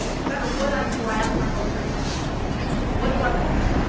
no matter what i do, i ask myself three questions what do i want?